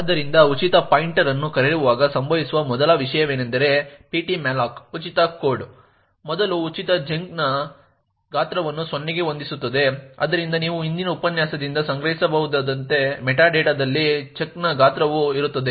ಆದ್ದರಿಂದ ಉಚಿತ ಪಾಯಿಂಟರ್ ಅನ್ನು ಕರೆಯುವಾಗ ಸಂಭವಿಸುವ ಮೊದಲ ವಿಷಯವೆಂದರೆ ptmalloc ಉಚಿತ ಕೋಡ್ ಮೊದಲು ಉಚಿತ ಚಂಕ್ನ ಗಾತ್ರವನ್ನು 0 ಗೆ ಹೊಂದಿಸುತ್ತದೆ ಆದ್ದರಿಂದ ನೀವು ಹಿಂದಿನ ಉಪನ್ಯಾಸದಿಂದ ಸಂಗ್ರಹಿಸಬಹುದಾದಂತೆ ಮೆಟಾಡೇಟಾದಲ್ಲಿ ಚಂಕ್ನ ಗಾತ್ರವು ಇರುತ್ತದೆ